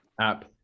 app